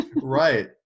Right